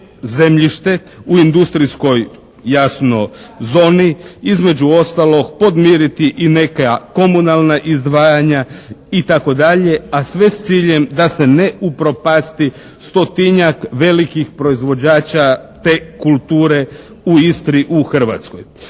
zemljište u industrijskoj, jasno, zoni. Između ostalog, podmiriti i neka komunalna izdvajanja, itd., a sve s ciljem da se ne upropasti 100-tinjak velikih proizvođača te kulture u Istri u Hrvatskoj.